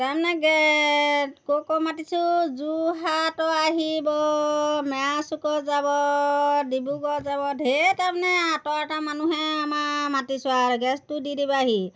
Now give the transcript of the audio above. তাৰমানে গে ক'ৰ ক'ৰ মাতিছোঁ যোৰহাটৰ আহিব মেৰাচুকৰ যাব ডিব্ৰুগড় যাব ধেৰ তাৰমানে আঁতৰ আঁতৰ মানুহে আমাৰ মাতিছোঁ আৰু গেছটো দি দিবাহি